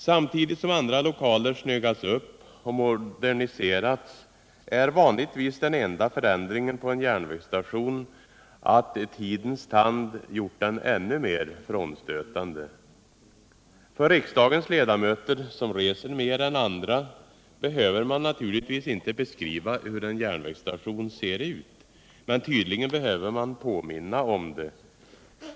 Samtidigt som andra lokaler snyggats upp och moderniserats är vanligtvis den enda förändringen på en järnvägsstation att tidens tand gjort den ännu mer frånstötande. För riksdagens ledamöter, som reser mer än andra, behöver man naturligtvis inte beskriva hur en järnvägsstation ser ut. Men tydligen behöver man påminna om det.